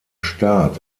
start